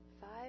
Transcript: Five